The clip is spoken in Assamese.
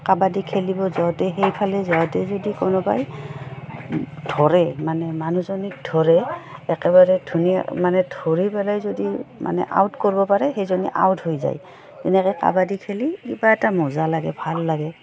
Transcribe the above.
কাবাডী খেলিব যাওঁতে সেইফালে যাওঁতে যদি কোনোবাই ধৰে মানে মানুহজনীক ধৰে একেবাৰে ধুনীয়া মানে ধৰি পেলাই যদি মানে আউট কৰিব পাৰে সেইজনী আউট হৈ যায় তেনেকৈ কাবাডী খেলি কিবা এটা মজা লাগে ভাল লাগে